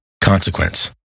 consequence